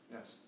Yes